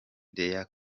lea